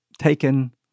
taken